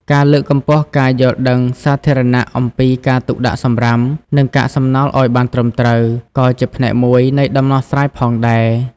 ការលើកកម្ពស់ការយល់ដឹងសាធារណៈអំពីការទុកដាក់សំរាម និងកាកសំណល់ឱ្យបានត្រឹមត្រូវ ក៏ជាផ្នែកមួយនៃដំណោះស្រាយផងដែរ។